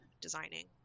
designing